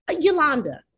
yolanda